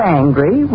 angry